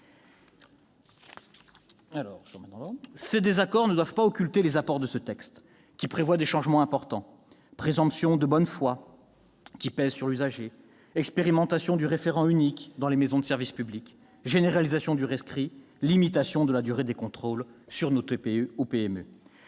Ces désaccords ne doivent pas occulter les apports de ce texte, qui prévoit des changements importants : présomption de bonne foi qui pèse sur l'usager, expérimentation du référent unique dans les maisons de services au public, généralisation du rescrit, limitation de la durée des contrôles sur nos TPE ou PME.